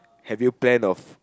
have you plan of